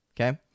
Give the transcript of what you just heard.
Okay